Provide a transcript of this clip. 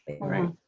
right